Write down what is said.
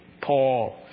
Paul